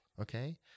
okay